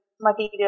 material